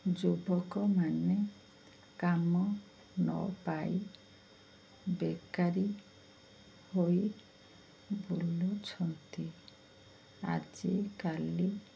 ଯୁବକମାନେ କାମ ନ ପାଇ ବେକାରୀ ହୋଇ ବୁଲୁଛନ୍ତି ଆଜିକାଲି